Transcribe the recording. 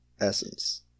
essence